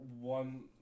one